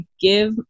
give